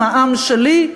עם העם שלי.